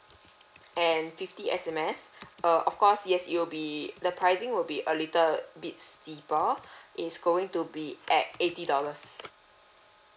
and fifty S_M_S uh of course yes it'll be the pricing will be a little bit steeper it's going to be at eighty dollars